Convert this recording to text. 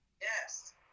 Yes